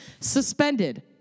suspended